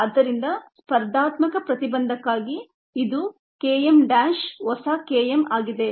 ಆದ್ದರಿಂದ ಸ್ಪರ್ಧಾತ್ಮಕ ಪ್ರತಿಬಂಧಕ್ಕಾಗಿ ಇದು Kmʹ ಹೊಸ Km ಆಗಿದೆ